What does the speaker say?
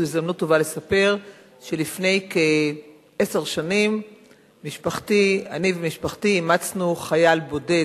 זו הזדמנות טובה לספר שלפני כעשר שנים אני ומשפחתי אימצנו חייל בודד,